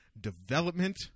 development